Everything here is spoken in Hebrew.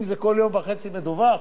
אם זה כל יום וחצי מדווח,